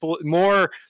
more